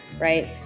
right